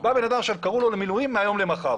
בא בן אדם שקראו לו למילואים מהיום למחר.